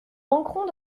manqueront